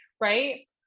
right